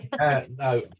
No